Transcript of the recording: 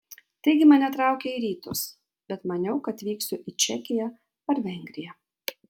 taigi mane traukė į rytus bet maniau kad vyksiu į čekiją ar vengriją